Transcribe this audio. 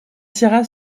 tira